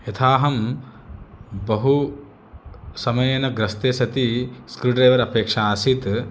यथाहं बहु समयेन ग्रस्ते सति स्क्रूड्रैवर् अपेक्षा आसीत्